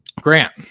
Grant